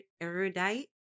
erudite